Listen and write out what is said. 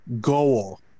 goal